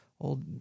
old